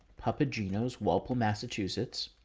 papa ginos, walpole, massachusetts.